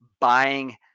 buying